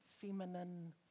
feminine